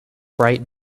bright